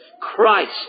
Christ